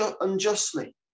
unjustly